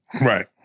Right